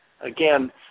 again